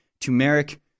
turmeric